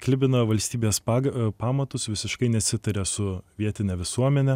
klibina valstybės paga pamatus visiškai nesitaria su vietine visuomene